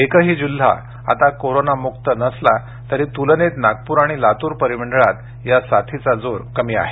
एकही जिल्हा आता कोरोनामुक्त नसला तरी त्लनेत नागपूर आणि लातूर परिमंडळात या साथीचा जोर कमी आहे